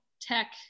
tech